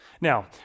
Now